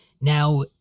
Now